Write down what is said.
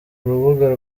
rubuga